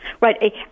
Right